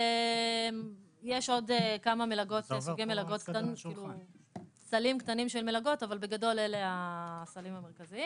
יש עוד כמה סלים קטנים של מלגות אבל בגדול אלה הסלים המרכזיים.